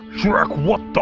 shrek, what the